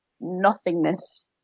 nothingness